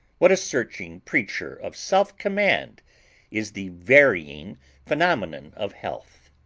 what a searching preacher of self-command is the varying phenomenon of health!